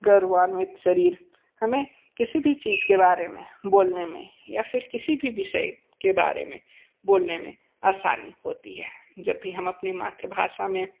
गर्वांवित शरीर हमें किसी भी चीज़ के बारे में बोलने में या फिर किसी की विषय के बारे में बोलने में आसानी होती है जब भी हम अपनी मातृभाषा में